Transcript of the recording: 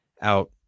out